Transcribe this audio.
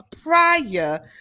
prior